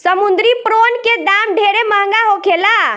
समुंद्री प्रोन के दाम ढेरे महंगा होखेला